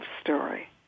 story